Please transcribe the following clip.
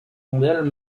mondiale